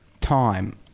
time